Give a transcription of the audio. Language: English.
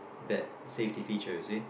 that safety feature you see